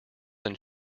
than